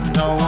no